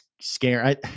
scare